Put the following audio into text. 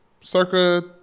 circa